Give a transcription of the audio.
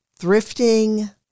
thrifting